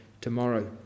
tomorrow